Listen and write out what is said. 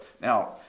Now